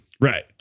Right